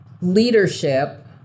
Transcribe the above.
leadership